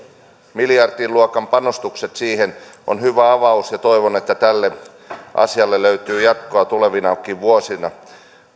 miljardiluokan panostukset siihen on hyvä avaus ja toivon että tälle asialle löytyy jatkoa tulevinakin vuosina